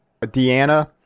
Deanna